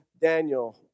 Daniel